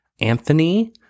anthony